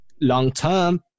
Long-term